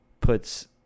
puts